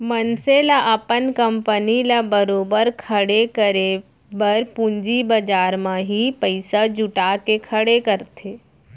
मनसे ल अपन कंपनी ल बरोबर खड़े करे बर पूंजी बजार म ही पइसा जुटा के खड़े करथे